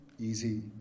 easy